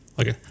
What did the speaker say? Okay